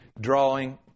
drawing